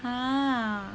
!huh!